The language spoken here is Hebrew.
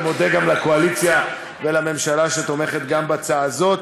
ומודה גם לקואליציה ולממשלה שגם תומכת בהצעה הזאת.